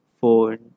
phone